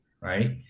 right